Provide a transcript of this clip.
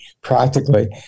practically